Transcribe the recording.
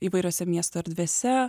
įvairiose miesto erdvėse